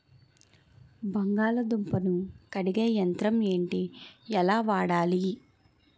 బంగాళదుంప ను కడిగే యంత్రం ఏంటి? ఎలా వాడాలి?